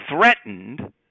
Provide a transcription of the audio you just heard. threatened